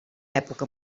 època